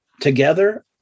together